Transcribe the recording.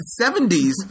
70s